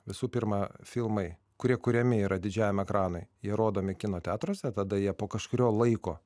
visų pirma filmai kurie kuriami yra didžiajam ekranui jie rodomi kino teatruose tada jie po kažkurio laiko